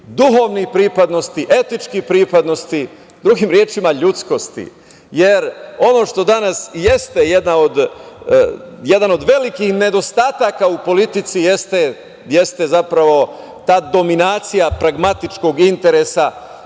duhovnih pripadnosti, etičkih pripadnosti, drugim rečima ljudskosti. Ono što danas jeste jedan od velikih nedostataka u politici jeste zapravo ta dominacija pragmatičnog interesa